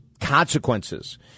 Consequences